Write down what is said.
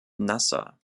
nasser